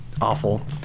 awful